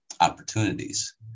opportunities